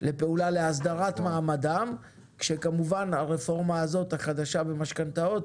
לפעולה להסדרת מעמדם כשכמובן הרפורמה הזאת החדשה במשכנתאות